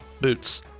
Boots